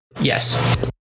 yes